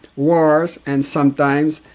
wars and, sometimes,